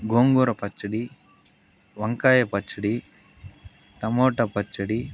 గోంగూర పచ్చడి వంకాయ పచ్చడి టమోటో పచ్చడి